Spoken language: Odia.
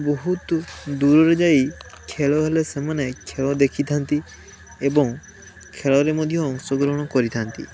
ବହୁତ ଦୂରରେ ଯାଇ ଖେଳ ହେଲେ ସେମାନେ ଖେଳ ଦେଖିଥାନ୍ତି ଏବଂ ଖେଳରେ ମଧ୍ୟ ଅଂଶଗ୍ରହଣ କରିଥାନ୍ତି